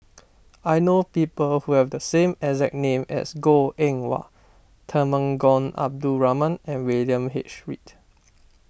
I know people who have the exact name as Goh Eng Wah Temenggong Abdul Rahman and William H Read